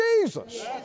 Jesus